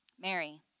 Mary